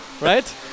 right